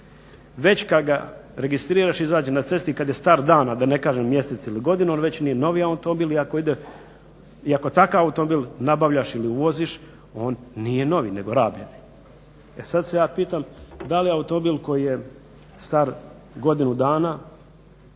Već kad ga registriraš izađe na cesti kad je star dan, a da ne kažem mjesec ili godinu on već nije novi automobil i ako takav automobil nabavljaš ili voziš on nije novi nego rabljeni. E sad se ja pitam da li je automobil koji je star godinu dana